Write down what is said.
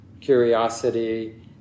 curiosity